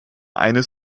eines